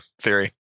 theory